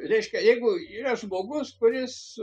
reiškia jeigu yra žmogus kuris